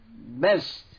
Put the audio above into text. best